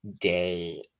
Day